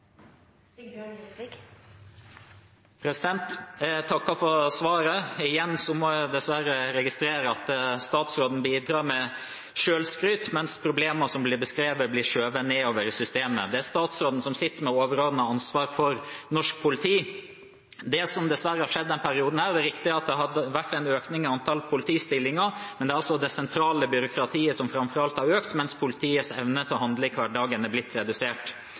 Jeg takker for svaret. Igjen må jeg dessverre registrere at statsråden bidrar med selvskryt, mens problemer som blir beskrevet, blir skjøvet nedover i systemet. Det er statsråden som sitter med det overordnede ansvaret for norsk politi. Det er riktig at det har vært en økning i antall politistillinger, men det er framfor alt det sentrale byråkratiet som har økt. Det som dessverre har skjedd i denne perioden, er at politiets evne til å handle i hverdagen er blitt redusert.